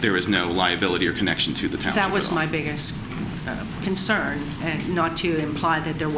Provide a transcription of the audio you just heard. there is no liability or connection to the town that was my biggest concern and not to imply that the